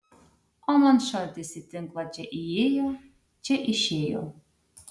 o man šaltis į tinklą čia įėjo čia išėjo